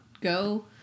go